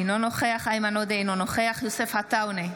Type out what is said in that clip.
אינו נוכח איימן עודה, אינו נוכח יוסף עטאונה,